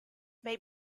may